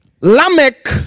Lamech